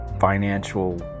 Financial